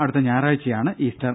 അടുത്ത ഞായറാഴ്ചയാണ് ഈസ്റ്റർ